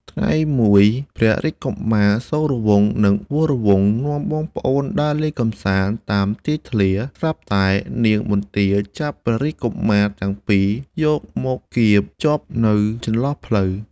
ថ្ងៃមួយ ព្រះរាជកុមារសូរវង្ស និងវរវង្ស នាំបងប្អូនដើរលេងកម្សាន្តតាមទីធ្លាស្រាប់តែនាងមន្ទាចាប់ព្រះរាជកុមារទាំងពីរ យកមកគាមជាប់នៅចន្លោះភ្លៅ។